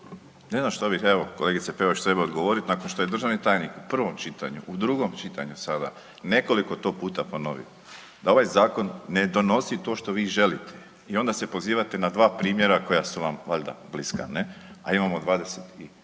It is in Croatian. Ne znam šta bih evo kolegice Peović trebao odgovoriti nakon što je državni tajnik u prvom čitanju, u drugom čitanju sada nekoliko to puta ponovio, da ovaj zakon ne donosi to što vi želite. I onda se pozivate na dva primjera koja su vam valjda bliska, a imamo 20 i